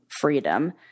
freedom